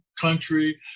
country